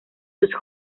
sus